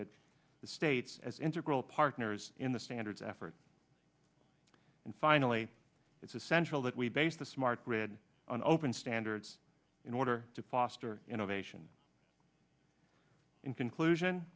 d the states as integral partners in the standards effort and finally it's essential that we base the smart grid on open standards in order to foster innovation in conclusion